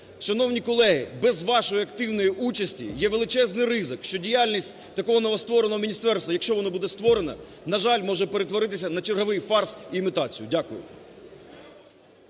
шановні колеги, без вашої активної участі є величезний ризик, що діяльність такого новоствореного міністерства, якщо воно буде створено, на жаль, може перетворитися на черговий фарс і імітацію. Дякую.